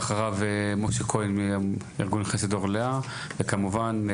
אחריו משה כהן מארגון 'חסד אור לאה' וכמובן,